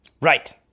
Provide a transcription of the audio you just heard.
Right